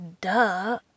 duh